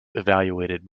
evaluated